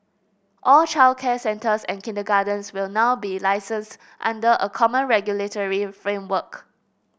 all childcare centres and kindergartens will now be licensed under a common regulatory framework